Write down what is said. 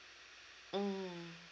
mm